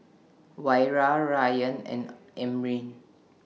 Wira Ryan and Amrin